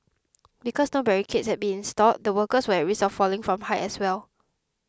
because no barricades had been installed the workers were at risk of falling from height as well